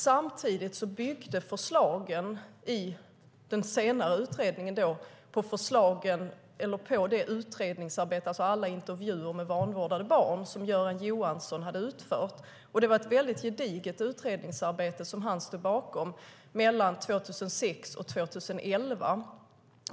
Samtidigt byggde förslagen i den senare utredningen på det utredningsarbete, alltså alla intervjuer med vanvårdade barn, som Göran Johansson hade utfört. Det var ett gediget utredningsarbete som han stod bakom mellan 2006 och 2011.